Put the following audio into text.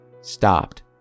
stopped